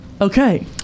Okay